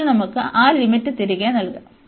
ഇപ്പോൾ നമുക്ക് ആ ലിമിറ്റ് തിരികെ നൽകാം